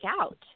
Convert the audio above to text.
out